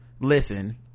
listen